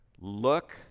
look